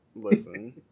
Listen